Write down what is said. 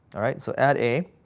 all right? so ad a